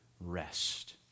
rest